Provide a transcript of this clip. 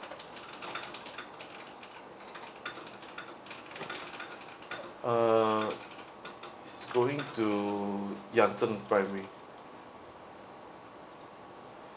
uh going to yangzheng primary